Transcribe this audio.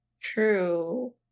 True